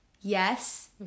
Yes